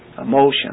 emotions